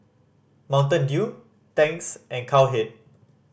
Mountain Dew Tangs and Cowhead